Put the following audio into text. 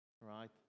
Right